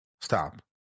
Stop